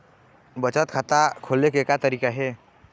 बचत खाता खोले के का तरीका हे?